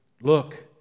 Look